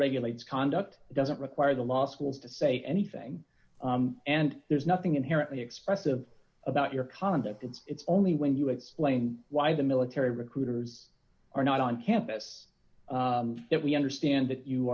regulates conduct doesn't require the law schools to say anything and there's nothing inherently expressive about your conduct it's it's only when you explain why the military recruiters are not on campus that we understand that you